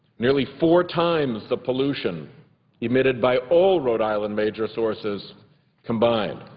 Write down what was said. nearly four times the pollution emitted by all rhode island major sources combined.